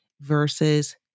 versus